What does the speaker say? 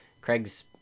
craig's